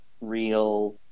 real